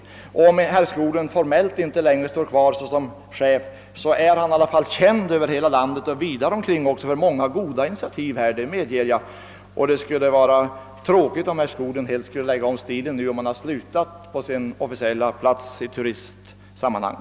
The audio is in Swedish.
även om herr Skoglund inte längre formellt står kvar som ordförande i Västerbottens turisttrafikförbund är han ändå känd över hela landet — och ännu vidare omkring — för många goda initiativ på detta område. Jag medger gärna detta, och det skulle vara tråkigt om herr Skoglund helt skulle lägga om stilen nu när han slutat sin officiella tjänst i turistsammanhang.